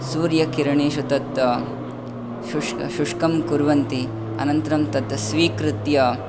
सूर्यकिरणेषु तत् शुष् शुष्कं कुर्वन्ति अनन्तरं तत् स्वीकृत्य